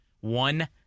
One